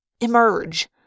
emerge